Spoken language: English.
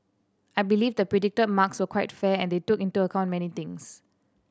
I believe the predicted marks were quite fair and they took into account many things